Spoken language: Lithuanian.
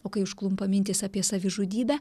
o kai užklumpa mintys apie savižudybę